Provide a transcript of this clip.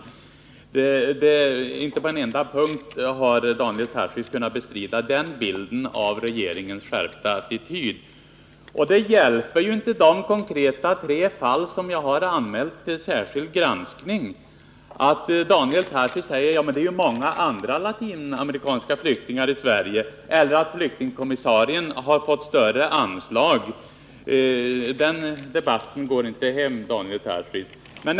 Inte på en enda punkt har Daniel Tarschys kunnat bestrida att regeringen här intar en skärpt attityd. Det hjälper inte i de tre konkreta fall som jag har anmält till särskild granskning att Daniel Tarschys säger att det finns många andra latinamerikanska flyktingar i Sverige eller att flyktingkommissarien har fått större anslag. Den debattekniken går inte hem, Daniel Tarschys.